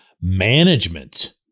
management